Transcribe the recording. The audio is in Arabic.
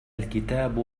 الكتاب